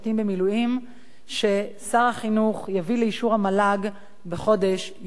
ששר החינוך יביא לאישור המל"ג בחודש יוני הקרוב.